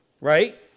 right